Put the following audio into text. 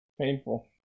Painful